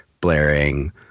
blaring